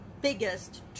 biggest